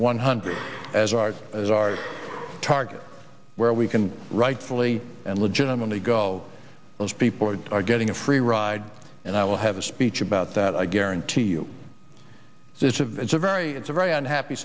one hundred as far as our target where we can rightfully and legitimately go those people who are getting a free ride and i will have a speech about that i guarantee you it's a very it's a very unhappy